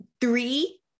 three